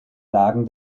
lagen